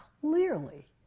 clearly